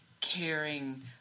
caring